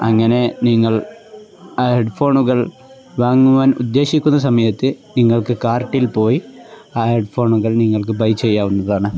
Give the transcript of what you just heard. അങ്ങനെ നിങ്ങൾ ആ ഹെഡ്ഫോണുകൾ വാങ്ങുവാൻ ഉദ്ദേശിക്കുന്ന സമയത്ത് നിങ്ങൾക്ക് കാർട്ടിൽ പോയി ആ ഹെഡ്ഫോണുകൾ നിങ്ങൾക്ക് ബൈ ചെയ്യാവുന്നതാണ്